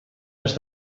has